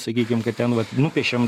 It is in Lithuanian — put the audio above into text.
sakykim kad ten vat nupiešėm